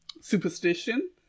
superstition